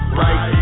right